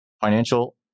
financial